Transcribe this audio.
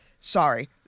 Sorry